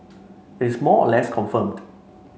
it's more or less confirmed